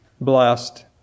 blessed